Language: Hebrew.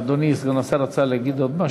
אדוני סגן השר רצה להגיד עוד משהו?